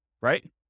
right